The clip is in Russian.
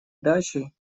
дачей